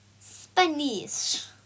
Spanish